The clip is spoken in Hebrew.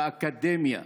באקדמיה.